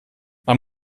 man